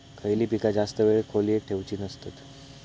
खयली पीका जास्त वेळ खोल्येत ठेवूचे नसतत?